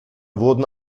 wurden